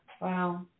Wow